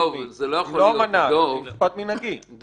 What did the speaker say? זה משפט מנהלי.